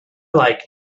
like